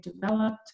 developed